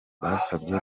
basabye